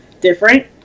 different